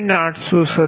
029 7